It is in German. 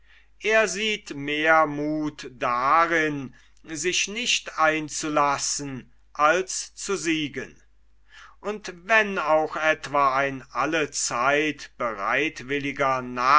er sieht mehr muth darin sich nicht einzulassen als zu siegen und wenn auch etwa ein allezeit bereitwilliger